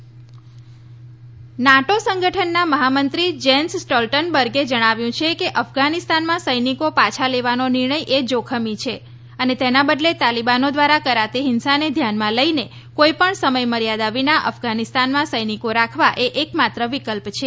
NATO Afghanistan NATO સંગઠનના મહામંત્રી Jens Stoltenberg જણાવ્યું છે કે અફઘાનિસ્તાનમાં સૈનિકો પાછા લેવાનો નિર્ણય એ જોખમી નિર્ણય છે અને તેના બદલે તાલીબાનો દ્વારા કરાતી ફિંસાને ધ્યાનમાં લઈને કોઈપણ સમય મર્યાદા વિના અફઘાનિસ્તાનમાં સૈનિકો રાખવા એ એક માત્ર વિકલ્પ છે